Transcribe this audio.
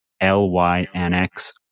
L-Y-N-X